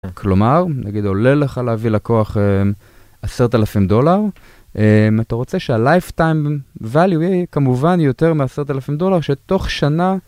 כלומר, נגיד עולה לך להביא לכוח 10,000 דולר, אם אתה רוצה שה-Lifetime Value היא כמובן יותר מ-10,000 דולר, שתוך שנה...